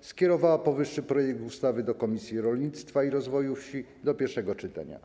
skierowała powyższy projekt ustawy do Komisji Rolnictwa i Rozwoju Wsi do pierwszego czytania.